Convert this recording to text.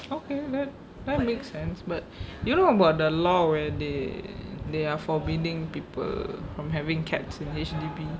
okay that that makes sense but you know about the law where they they are forbidding people from having cats in H_D_B